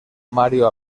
mario